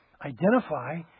Identify